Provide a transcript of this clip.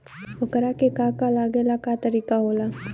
ओकरा के का का लागे ला का तरीका होला?